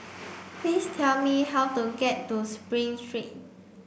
please tell me how to get to Spring Street